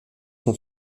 son